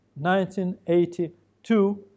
1982